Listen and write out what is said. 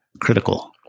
critical